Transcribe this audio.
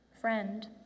friend